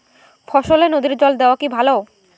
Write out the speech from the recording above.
ফসলে নদীর জল দেওয়া কি ভাল?